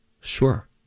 Sure